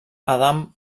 adam